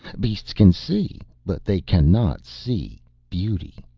beasts can see, but they cannot see beauty.